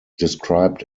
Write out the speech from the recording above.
described